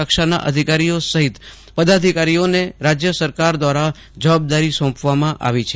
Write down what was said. કક્ષાના અધિકારીઓ સહિત પદાધિકારીઓને રાજય સરકાર દ્વારા જવાબદારી સોંપવામાં આવી છે